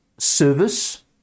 service